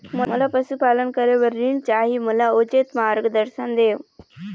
मोला पशुपालन करे बर ऋण चाही, मोला उचित मार्गदर्शन देव?